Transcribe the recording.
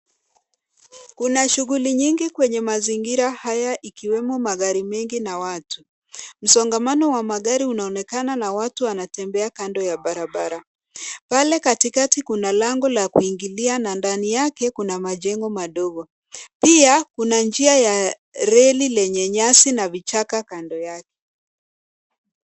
Kuna shughuli nyingi kwenye mazingira haya ikiwemo magari mengi na watu. Msongamano wa magari unaonekana na watu wanatembea kando ya barabara. Pale katikati kuna lango la kuingilia na ndani yake kuna majengo madogo. Pia, kuna njia ya reli lenye nyasi na vichaka kando yake.